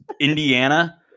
Indiana